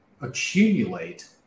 accumulate